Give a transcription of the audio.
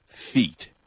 feet